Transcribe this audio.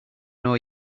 know